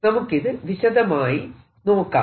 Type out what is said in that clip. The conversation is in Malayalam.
നമുക്കിത് വിശദമായി നോക്കാം